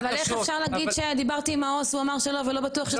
אז איך אפשר להגיד שדיברת עם העו״ס והוא אמר שלא צריך?